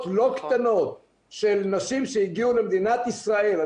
לא קטנות של נשים שהגיעו למדינת ישראל.